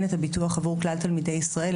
את הביטוח עבור כלל תלמידי מדינת ישראל,